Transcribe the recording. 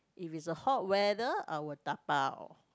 if is a hot weather I will dabao